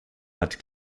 hat